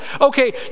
okay